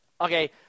Okay